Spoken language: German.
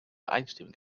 einstimmig